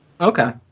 Okay